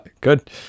good